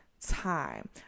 time